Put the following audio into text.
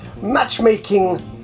matchmaking